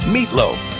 Meatloaf